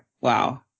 Wow